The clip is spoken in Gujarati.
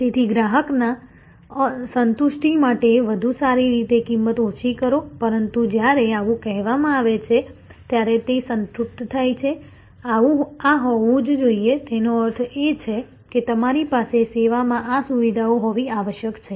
તેથી ગ્રાહકના સંતુષ્ટિ માટે વધુ સારી રીતે કિંમત ઓછી કરો પરંતુ જ્યારે આવું કહેવામાં આવે છે ત્યારે તે સંતૃપ્ત થાય છે આ હોવું જ જોઈએ તેનો અર્થ એ કે તમારી પાસે સેવામાં આ સુવિધાઓ હોવી આવશ્યક છે